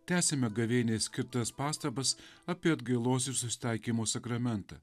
tęsiame gavėniai skirtas pastabas apie atgailos ir susitaikymo sakramentą